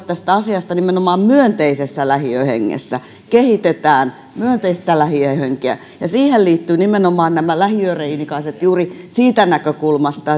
tästä asiasta nimenomaan myönteisessä lähiöhengessä kehitetään myönteistä lähiöhenkeä siihen liittyvät nimenomaan nämä lähiöreinikaiset juuri siitä näkökulmasta